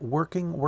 Working